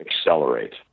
accelerate